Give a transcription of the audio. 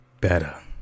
better